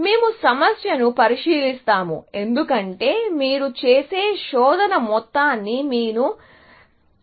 మేము సమస్యను పరిశీలిస్తాము ఎందుకంటే మీరు చేసే శోధన మొత్తాన్ని మీరు నియంత్రించాలను కుంటున్నారు